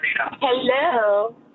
Hello